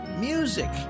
music